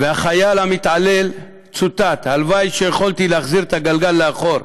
והחייל המתעלל צוטט: "הלוואי שיכולתי להחזיר את הגלגל לאחור".